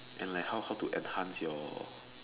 and like how how to enhance your